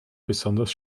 besonders